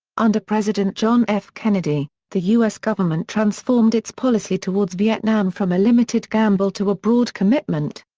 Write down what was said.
under president john f. kennedy, the u s. government transformed its policy towards vietnam from a limited gamble to a broad commitment.